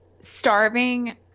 Starving